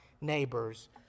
neighbors